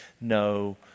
no